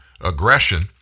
aggression